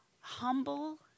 humble